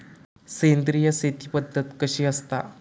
सेंद्रिय शेती पद्धत कशी असता?